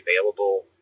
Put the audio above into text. available